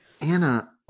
Anna